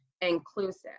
inclusive